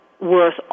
worth